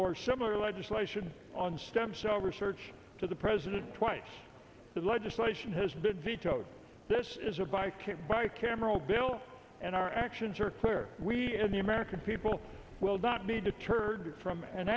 or similar legislation on stem cell research to the president twice the legislation has been vetoed this is a bike by cameral bill and our actions are clear we the american people will not be deterred from an